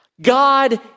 God